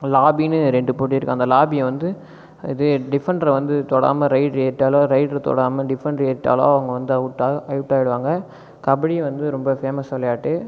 லாபின்னு ரெண்டு பொட்டி இருக்கும் அந்த லாபியை வந்து இது டிஃபன்டரை வந்து தொடாமல் ரைடர் ஏறிவிட்டாலோ ரைடரை தொடாமல் டிஃபன்டர் ஏறிவிட்டாலோ அவங்க வந்து அவுட்டாகி அவுட்டாகிடுவாங்க கபடி வந்து ரொம்ப ஃபேமஸ் விளையாட்டு